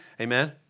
Amen